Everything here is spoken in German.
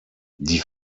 die